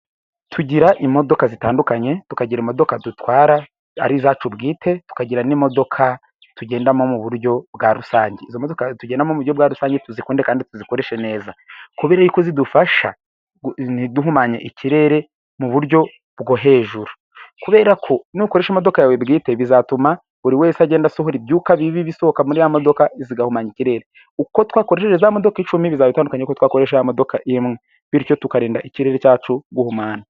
Tugira imodoka zitandukanye, tukagira imodoka dutwara, ari izacu bwite, tukagira n'imodoka tugendamo mu buryo bwa rusange. Izo modoka rero tugendamo mu buryo bwa rusange Tuzikunde kandi tuzikoreshe neza. Kubera y'uko zidufasha nti duhumanye ikirere mu buryo bwo hejuru kubera ko nukoresha imodoka yawe bwite bizatuma buri wese agenda asohora ibyuka bibi bisohoka muri ya modoka zigahumanya ikirere. Uko twakoresheje za modoka icumi bizaba bitandukanye n'uko twakoresha ya modoka imwe. Bityo tukarinda ikirere cyacu guhumana.